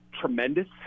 tremendous